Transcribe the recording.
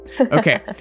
Okay